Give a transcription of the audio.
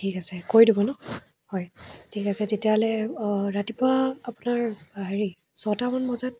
ঠিক আছে কৰি দিব নহ্ হয় ঠিক আছে তেতিয়াহ'লে ৰাতিপুৱা আপোনাৰ হেৰি ছটামান বজাত